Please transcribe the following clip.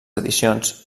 edicions